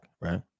right